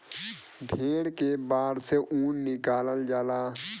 भेड़ के बार से ऊन निकालल जाला